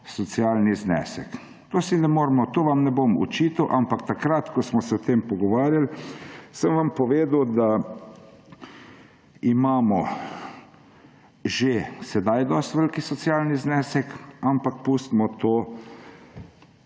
socialni znesek. Tega vam ne bom očital, ampak takrat, ko smo se o tem pogovarjali, sem vam povedal, da imamo že sedaj dosti velik socialni znesek, ampak pustimo to